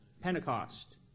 Pentecost